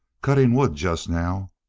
cutting wood, just now.